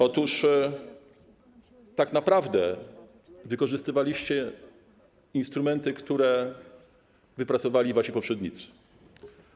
Otóż tak naprawdę wykorzystywaliście instrumenty, które wypracowali wasi poprzednicy.